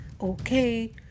okay